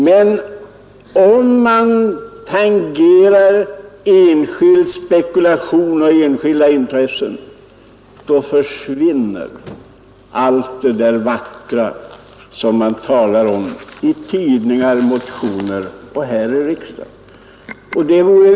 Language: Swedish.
Men när man tangerar enskild spekulation och enskilda intressen försvinner allt det vackra som man säger i tidningar och i motioner här i riksdagen.